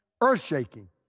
earth-shaking